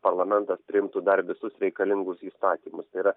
parlamentas priimtų dar visus reikalingus įstatymus tai yra